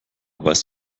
weißt